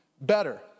better